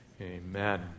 Amen